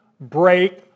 break